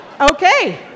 okay